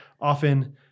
often